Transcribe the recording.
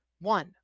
One